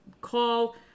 call